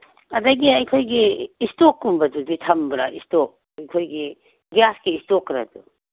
ꯑꯗꯒꯤ ꯑꯩꯈꯣꯏꯒꯤ ꯏꯁꯇꯣꯞꯀꯨꯝꯕꯗꯨꯗꯤ ꯊꯝꯕ꯭ꯔ ꯏꯁꯇꯣꯛ ꯑꯩꯈꯣꯏꯒꯤ ꯒ꯭ꯌꯥꯁꯀꯤ ꯏꯁꯇꯣꯞꯀꯗꯣ